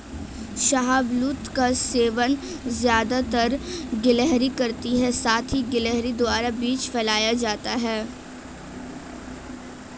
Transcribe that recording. शाहबलूत का सेवन ज़्यादातर गिलहरी करती है साथ ही गिलहरी द्वारा बीज फैलाया जाता है